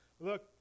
look